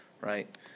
right